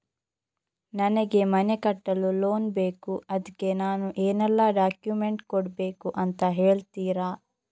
ನನಗೆ ಮನೆ ಕಟ್ಟಲು ಲೋನ್ ಬೇಕು ಅದ್ಕೆ ನಾನು ಏನೆಲ್ಲ ಡಾಕ್ಯುಮೆಂಟ್ ಕೊಡ್ಬೇಕು ಅಂತ ಹೇಳ್ತೀರಾ?